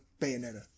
Bayonetta